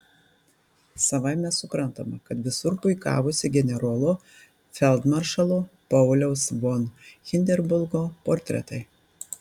savaime suprantama kad visur puikavosi generolo feldmaršalo pauliaus von hindenburgo portretai